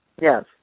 Yes